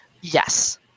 Yes